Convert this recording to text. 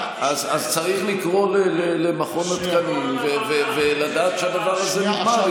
צריך לקרוא למכון התקנים ולדעת שהדבר הזה נגמר,